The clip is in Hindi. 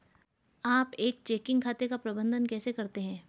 आप एक चेकिंग खाते का प्रबंधन कैसे करते हैं?